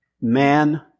man